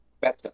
better